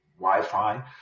Wi-Fi